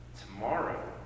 Tomorrow